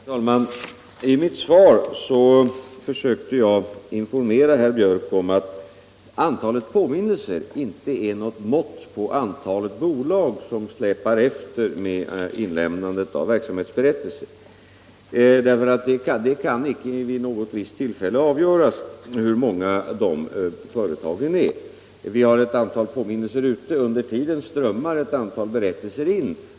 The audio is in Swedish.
Herr talman! I mitt svar försökte jag informera herr Björck i Nässjö om att antalet påminnelser inte är något mått på antalet bolag som släpar efter med inlämnandet av verksamhetsberättelser. Det kan icke vid något tillfälle avgöras hur många dessa företag är. Vi har ett antal påminnelser ute, men under tiden strömmar ett antal berättelser in.